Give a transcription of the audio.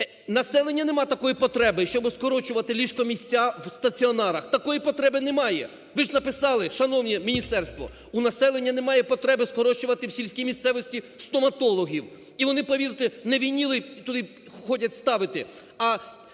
населення нема такої потреби, щоби скорочувати ліжко-місця в стаціонарах, такої потреби немає. Ви ж написали, шановне міністерство! У населення немає потреби скорочувати в сільській місцевості стоматологів, і вони, повірте, не вініли туди ходять ставити,